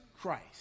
Christ